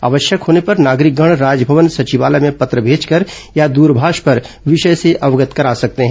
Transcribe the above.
आवश्यक होने पर नागरिकगण राजमंवन सचिवालय में पत्र भेजकर या दूरभाष पर विषय से अवगत करा सकते हैं